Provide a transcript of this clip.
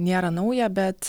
nėra nauja bet